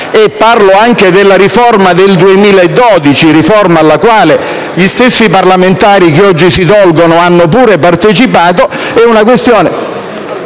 parlo anche della riforma del 2012, alla quale gli stessi parlamentari che oggi pure si dolgono hanno partecipato.